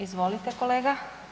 Izvolite kolega.